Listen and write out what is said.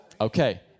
okay